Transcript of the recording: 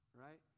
right